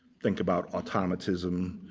think about automatism,